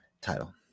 title